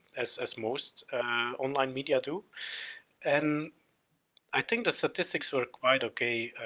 as as most online media do and i think the statistics were quite okay,